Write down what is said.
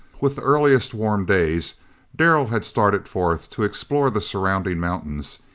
with the earliest warm days darrell had started forth to explore the surrounding mountains,